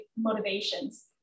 motivations